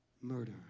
Murder